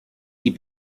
geh